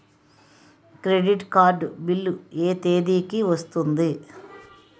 Credit card bill ఎ తేదీ కి వస్తుంది?